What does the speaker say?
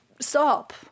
stop